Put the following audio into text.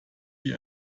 wie